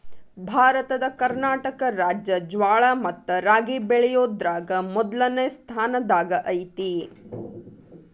ಭಾರತದ ಕರ್ನಾಟಕ ರಾಜ್ಯ ಜ್ವಾಳ ಮತ್ತ ರಾಗಿ ಬೆಳಿಯೋದ್ರಾಗ ಮೊದ್ಲನೇ ಸ್ಥಾನದಾಗ ಐತಿ